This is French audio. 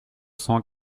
cent